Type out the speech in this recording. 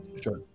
Sure